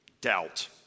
Doubt